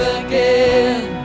again